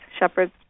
shepherds